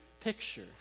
picture